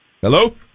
Hello